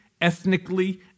ethnically